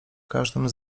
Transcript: każdym